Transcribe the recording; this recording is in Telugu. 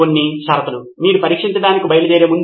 సిద్ధార్థ్ మాతురి మనము భాగస్వామ్యం చేయడానికి ఇష్టపడము